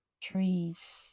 trees